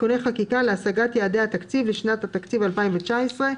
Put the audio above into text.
(תיקוני חקיקה להשגת יעדי התקציב לשנת התקציב 2019),